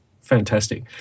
fantastic